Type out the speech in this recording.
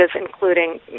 including